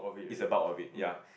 it's the bulk of it ya